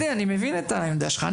גדי אני מבין את העמדה שלך.